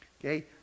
okay